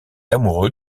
amoureux